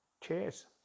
Cheers